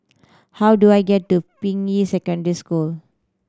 how do I get to Ping Yi Secondary School